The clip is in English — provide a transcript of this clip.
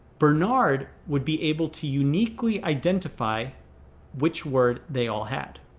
bernard would be able to uniquely identify which word they all had.